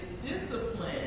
discipline